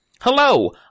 Hello